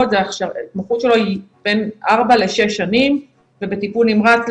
ההתמחות שלו היא בין ארבע לשש שנים ובטיפול נמרץ,